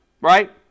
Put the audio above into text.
Right